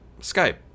Skype